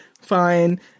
Fine